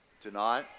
tonight